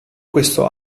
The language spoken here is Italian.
questo